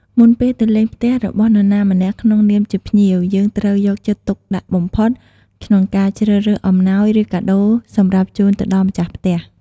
មុនពេលទៅលេងផ្ទះរបស់នរណាម្នាក់ក្នុងនាមជាភ្ញៀវ យើងត្រូវយកចិត្តទុកដាក់បំផុតក្នុងការជ្រើសរើសអំណោយ ឬកាដូរសម្រាប់ជូនទៅដល់ម្ចាស់ផ្ទះ។